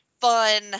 fun